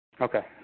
Okay